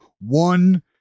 one